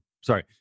sorry